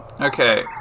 Okay